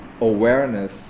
awareness